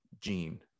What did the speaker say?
gene